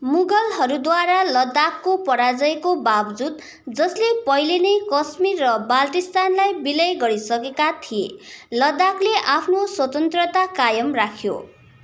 मुगलहरूद्वारा लद्दाखको पराजयको बावजुद जसले पहिले नै कश्मीर र बाल्टिस्तानलाई विलय गरिसकेका थिए लद्दाखले आफ्नो स्वतन्त्रता कायम राख्यो